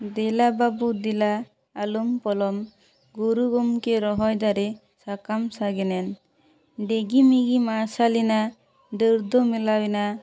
ᱫᱮᱞᱟ ᱵᱟᱹᱵᱩ ᱫᱮᱞᱟ ᱟᱞᱚᱢ ᱯᱚᱞᱚᱢ ᱜᱩᱨᱩ ᱜᱚᱢᱠᱮ ᱨᱚᱦᱚᱭ ᱫᱟᱨᱮ ᱥᱟᱠᱟᱢ ᱥᱟᱜᱮᱱᱮᱱ ᱰᱤᱜᱤ ᱢᱤᱜᱤ ᱢᱟᱨᱥᱟᱞ ᱮᱱᱟ ᱰᱟᱹᱨ ᱫᱚ ᱢᱮᱞᱟᱣ ᱮᱱᱟ